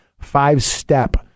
five-step